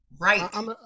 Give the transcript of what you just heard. Right